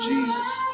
Jesus